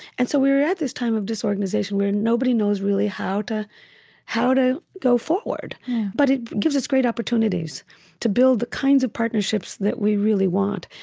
and so we're at this time of disorganization, where nobody knows, really, how to how to go forward but it gives us great opportunities to build the kinds of partnerships that we really want.